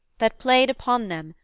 that played upon them,